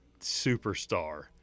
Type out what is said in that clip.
superstar